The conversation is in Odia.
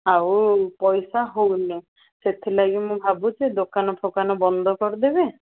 ଆଉ ପଇସା ହଉନି ସେଥିଲାଗି ମୁଁ ଭାବୁଛି ଦୋକାନ ଫୋକାନ ବନ୍ଦ କରିଦେବି